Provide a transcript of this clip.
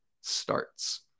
starts